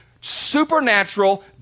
supernatural